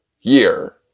year